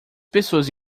pessoas